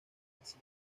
las